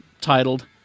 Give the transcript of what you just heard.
titled